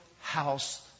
house